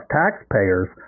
taxpayers